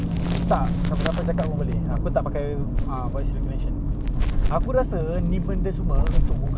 this is a very big player in the market right now macam aku pernah bilang dengan kau kan yang how donald trump